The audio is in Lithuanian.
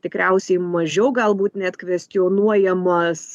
tikriausiai mažiau galbūt net kvestionuojamas